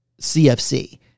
CFC